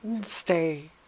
stay